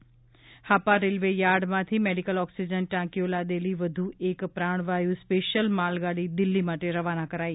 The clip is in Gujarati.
ઃ હાપા રેલ્વે યાર્ડમાંથી મેડિકલ ઑક્સીજન ટાંકીઓ લાદેલી વધુ એક પ્રાણવાયુ સ્પેશિયલ માલગાડી દિલ્લી માટે રવાના કરાઈ